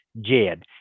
JED